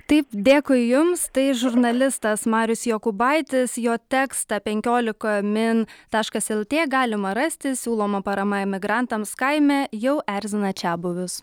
taip dėkui jums tai žurnalistas marius jokūbaitis jo tekstą penkiolika min taškas lt galima rasti siūloma parama emigrantams kaime jau erzina čiabuvius